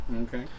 Okay